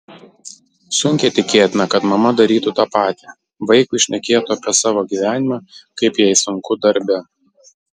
sunkiai tikėtina kad mama darytų tą patį vaikui šnekėtų apie savo gyvenimą kaip jai sunku darbe